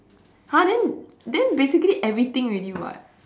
!huh! then then basically everything already [what]